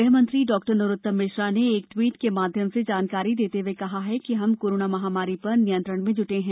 गृह मंत्री डॉ नरोत्तम मिश्रा ने एक ट्वीट के माध्यम से जानकारी देते हुए कहा कि हम कोरोना महामारी पर नियंत्रण में जुटे हैं